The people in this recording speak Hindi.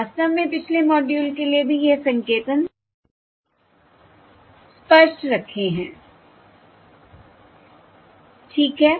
वास्तव में पिछले मॉड्यूल के लिए भी यह संकेतन स्पष्ट रखे हैं ठीक है